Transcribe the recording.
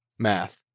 math